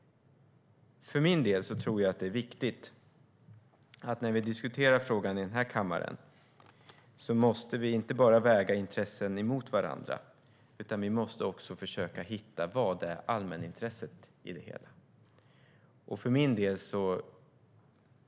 För min del tror jag att det är viktigt när vi diskuterar den här frågan här i kammaren att vi inte bara väger intressen mot varandra utan också försöker hitta vad som är allmänintresset i det hela.